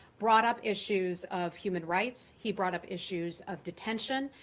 brought up issues of human rights. he brought up issues of detention.